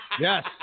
Yes